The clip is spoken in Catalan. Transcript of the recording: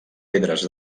pedres